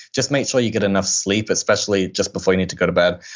just make sure you get enough sleep especially just before you need to go to bed.